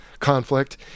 conflict